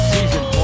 Season